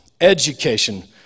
education